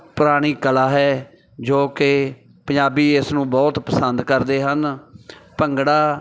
ਪੁਰਾਣੀ ਕਲਾ ਹੈ ਜੋ ਕਿ ਪੰਜਾਬੀ ਇਸ ਨੂੰ ਬਹੁਤ ਪਸੰਦ ਕਰਦੇ ਹਨ ਭੰਗੜਾ